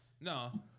no